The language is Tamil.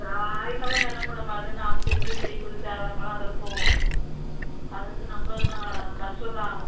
ஆ காயினெல்லாம் வேணாங்க மேடம் அது நாம் செஞ்சால் செய்கூலி சேதாரமெல்லாம் அதில் போகும் அது வந்து நம்மள் நஷ்டம்தான் ஆகும்